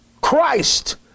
Christ